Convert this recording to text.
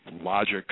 logic